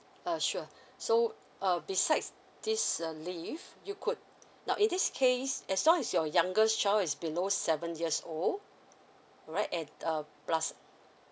uh sure so um besides this uh leave you could now in this case as long as your youngest child is below seven years old alright and uh plus